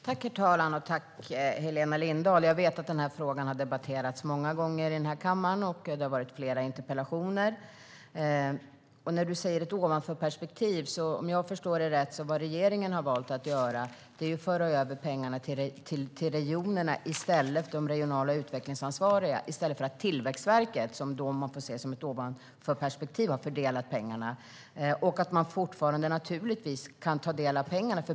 Herr talman! Tack, Helena Lindahl! Jag vet att den här frågan har debatterats många gånger här i kammaren. Det har varit flera interpellationer. Du talar om ett ovanifrånperspektiv. Om jag förstår rätt har regeringen valt att föra över pengarna till de regionalt utvecklingsansvariga, i stället för att Tillväxtverket, som man får se som ett ovanifrånperspektiv, ska fördela pengarna. Man kan fortfarande ta del av pengarna.